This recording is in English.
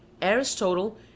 Aristotle